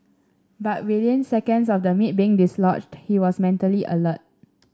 but within seconds of the meat being dislodged he was mentally alert